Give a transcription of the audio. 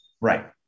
right